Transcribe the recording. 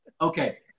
Okay